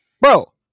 Bro